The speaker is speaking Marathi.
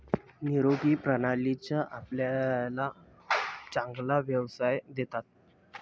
निरोगी प्राणीच आपल्याला चांगला व्यवसाय देतात